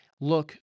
Look